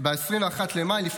21 במאי 2023,